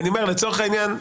לצורך העניין,